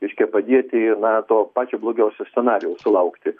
reiškia padėti na to pačio blogiausio scenarijaus sulaukti